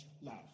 love